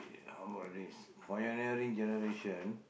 how about this pioneering generation